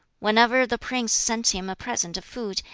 whenever the prince sent him a present of food,